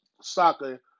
soccer